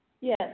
Yes